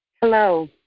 Hello